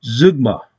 zugma